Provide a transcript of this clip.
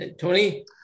Tony